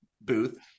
booth